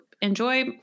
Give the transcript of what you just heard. enjoy